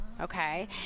Okay